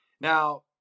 Now